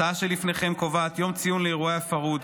ההצעה שלפניכם קובעת יום ציון לאירועי הפרהוד,